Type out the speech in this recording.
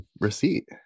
receipt